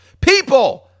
people